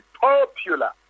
popular